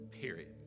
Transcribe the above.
period